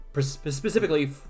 Specifically